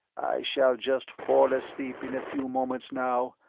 shall just fall asleep in a few moments now,